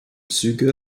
züge